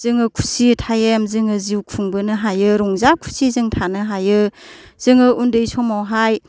जोङो खुसियै थाइम जोङो जिउ खुंबोनो हायो रंजा खुसि जों थानो हायो जोङो उन्दै समावहाय